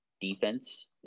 defense